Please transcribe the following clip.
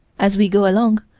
as we go along,